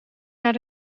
naar